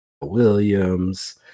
williams